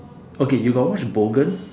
okay you got watch Bogan